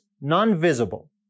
non-visible